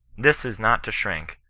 this is not to shrink,